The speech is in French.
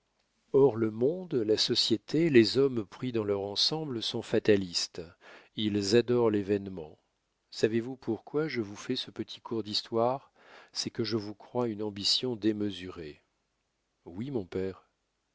or le monde la société les hommes pris dans leur ensemble sont fatalistes ils adorent l'événement savez-vous pourquoi je vous fais ce petit cours d'histoire c'est que je vous crois une ambition démesurée oui mon père